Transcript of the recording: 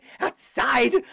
outside